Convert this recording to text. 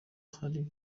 hari